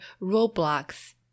Roblox